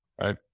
right